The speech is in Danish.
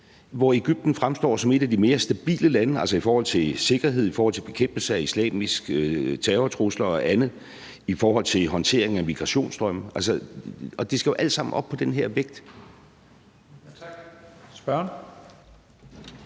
hvor Egypten fremstår som et af de mere stabile lande, altså i forhold til sikkerhed, i forhold til bekæmpelse af islamiske terrortrusler og andet og i forhold til håndteringen af migrationsstrømme. Og det skal jo alt sammen op på den her vægt. Kl. 13:19